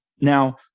Now